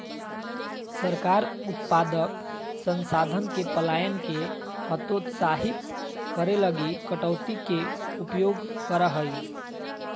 सरकार उत्पादक संसाधन के पलायन के हतोत्साहित करे लगी कटौती के उपयोग करा हइ